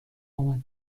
آمد